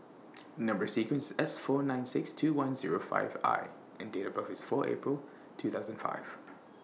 Number sequence IS S four nine six two one Zero five I and Date of birth IS four April two thousand and five